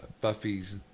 Buffy's